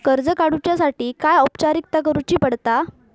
कर्ज काडुच्यासाठी काय औपचारिकता करुचा पडता?